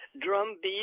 drumbeat